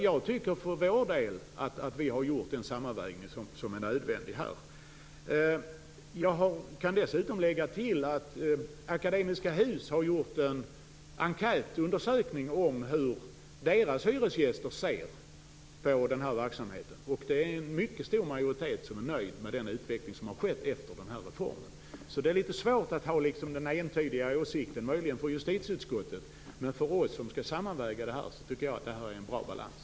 Jag tycker för vår del att vi har gjort den sammanvägning som är nödvändig. Jag kan lägga till att Akademiska Hus har gjort en enkätundersökning om hur deras hyresgäster ser på den här verksamheten, och en mycket stor majoritet är nöjd med den utveckling som har skett efter reformen. Det är alltså här litet svårt att ha någon entydig åsikt. Möjligen går det för justitieutskottet, men för oss som skall sammanväga de olika synpunkterna tycker jag att det här är en bra balans.